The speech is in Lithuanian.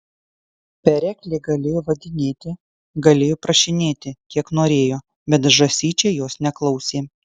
pereklė galėjo vadinėti galėjo prašinėti kiek norėjo bet žąsyčiai jos neklausė